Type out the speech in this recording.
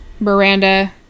Miranda